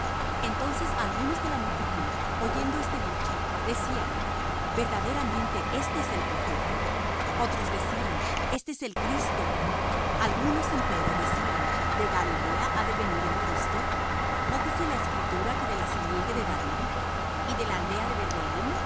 entonces algunos de la multitud oyendo este dicho decían verdaderamente éste es el profeta otros decían este es el cristo algunos empero decían de galilea ha de venir el cristo no dice la escritura que de la simiente de david y de la aldea de